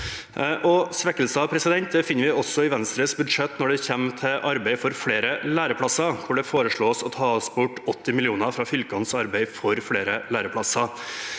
Svekkelser finner vi også i Venstres budsjett når det gjelder arbeid for flere læreplasser, hvor det foreslås å ta bort 80 mill. kr fra fylkenes arbeid for flere læreplasser.